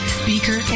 speaker